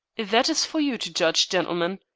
that is for you to judge, gentlemen.